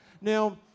Now